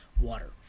water